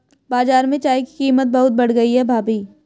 बाजार में चाय की कीमत बहुत बढ़ गई है भाभी